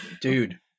Dude